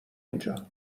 اینجا